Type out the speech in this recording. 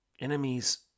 Enemies